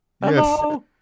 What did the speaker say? hello